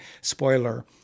Spoiler